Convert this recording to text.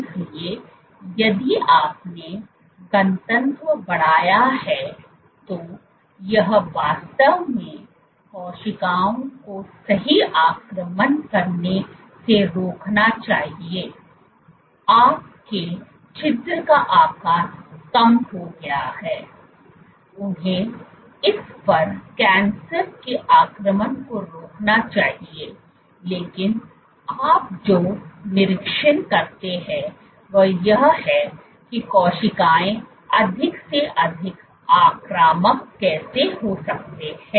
इसलिए यदि आपने घनत्व बढ़ाया है तो यह वास्तव में कोशिकाओं को सही आक्रमण करने से रोकना चाहिए आपके छिद्र का आकार कम हो गया है उन्हें इस पर कैंसर के आक्रमण को रोकना चाहिए लेकिन आप जो निरीक्षण करते हैं वह यह है कि कोशिकाएँ अधिक से अधिक आक्रामक कैसे हो सकते हैं